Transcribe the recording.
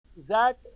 Zach